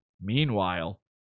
Meanwhile